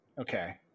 Okay